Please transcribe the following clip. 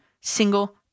single